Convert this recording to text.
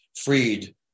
freed